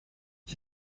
ich